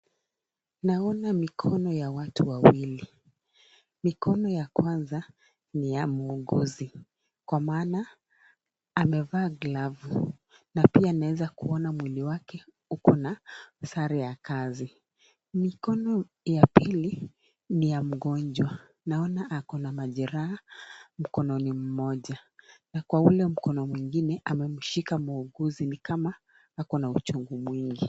Naona mikono ya watu wawili. Mikono ya kwanza ni ya muuguzi, kwa maana amevaa glavu na pia naweza kuona mwili wake uko na sare ya kazi. Mikono ya pili ni ya mgonjwa. Naona ako na majeraha mkononi mmoja na kwa ule mkono mwingine amemshika muuguzi ni kama ako na uchungu mwingi.